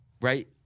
Right